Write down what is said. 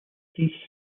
three